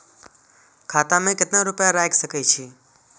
खाता में केतना रूपया रैख सके छी?